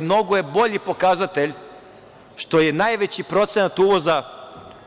Mnogo je bolji pokazatelj što je najveći procenat uvoza